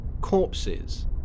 Corpses